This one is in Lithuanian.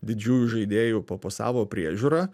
didžiųjų žaidėjų po po savo priežiūra